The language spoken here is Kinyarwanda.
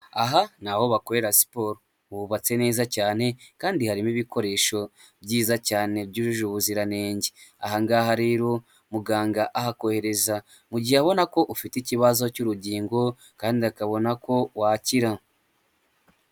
Aha ni aho bakorera siporo hubatse neza cyane kandi harimo ibikoresho byiza cyane byujuje ubuziranenge, ahangaha rero muganga ahakohereza mu gihe abona ko ufite ikibazo cy'urugingo kandi akabona ko wakira.